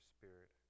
spirit